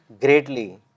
greatly